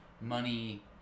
money